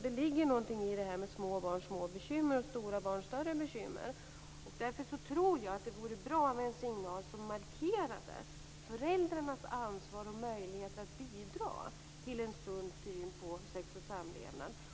Det ligger något i uttrycket små barn små bekymmer, stora barn större bekymmer. Därför tror jag att det vore bra med en signal som markerar föräldrarnas ansvar och möjligheter att bidra till en sund syn på sex och samlevnad.